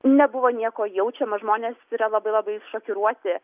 nebuvo nieko jaučiama žmonės yra labai labai šokiruoti